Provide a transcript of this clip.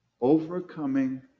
overcoming